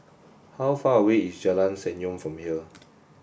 how far away is Jalan Senyum from here